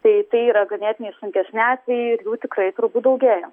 tai tai yra ganėtinai sunkiesni atvejai ir jų tikrai turbūt daugėja